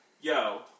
Yo